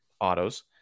autos